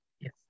Yes